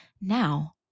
now